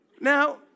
Now